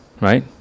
right